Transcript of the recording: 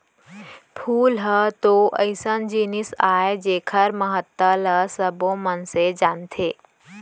फूल ह तो अइसन जिनिस अय जेकर महत्ता ल सबो मनसे जानथें